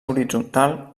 horitzontal